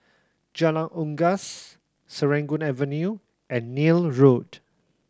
Jalan Unggas Serangoon Avenue and Neil Road